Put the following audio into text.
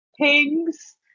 pigs